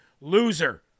loser